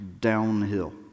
downhill